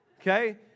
okay